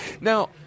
Now